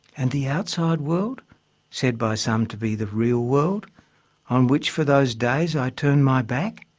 and the outside world said by some to be the real world on which for those days i turned my back?